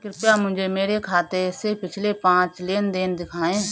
कृपया मुझे मेरे खाते से पिछले पाँच लेन देन दिखाएं